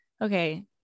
okay